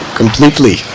completely